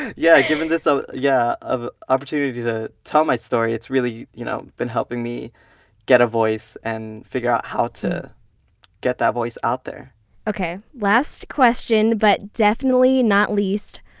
yeah! given this ah yeah opportunity to tell my story, it's really you know been helping me get a voice and figure out how to get that voice out there okay, last question, but definitely not least.